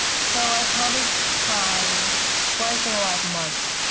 so i've probably cried twice in the last month,